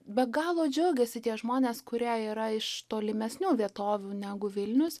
be galo džiaugiasi tie žmonės kurie yra iš tolimesnių vietovių negu vilnius